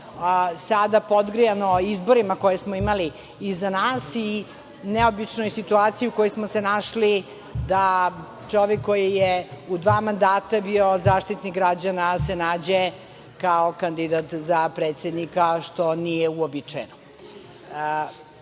sada podgrejano izborima koje smo imali iza nas i neobičnom situacijom u kojoj smo se našli da čovek koji je u dva mandata bio Zaštitnik građana se nađe kao kandidat za predsednika, što nije uobičajeno. Mislim